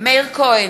מאיר כהן,